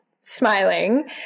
smiling